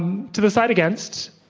to the side against,